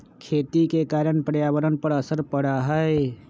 खेती के कारण पर्यावरण पर असर पड़ा हई